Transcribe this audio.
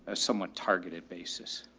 ah somewhat targeted basis.